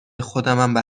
خودمم